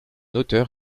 auteur